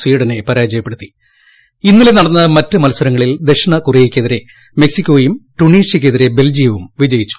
സ്വീഡനെ പരാജയപ്പെടുത്തി ഇന്നലെ നടന്ന മറ്റ് മൽസരങ്ങളിൽ ദക്ഷിണകൊറിയയ്ക്കെതിരെ മെക്സിക്കോയും ട്യൂണീഷൃയ്ക്കെതിരെ ബെൽജിയവും വിജയിച്ചു